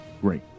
great